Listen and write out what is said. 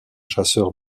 chasseur